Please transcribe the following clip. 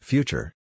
Future